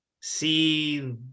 see